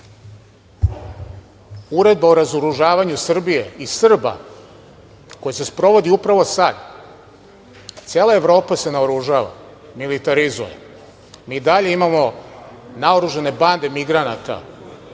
uredba o razoružavanju Srbije i Srba koja se sprovodi upravo sad, cela Evropa se naoružava, militarizuje. Mi i dalje imamo naoružane bande migranata,